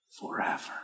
forever